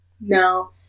No